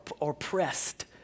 oppressed